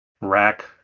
rack